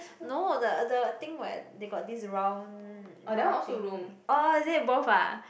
no the the thing where they got this round round thing orh is it both ah